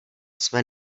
své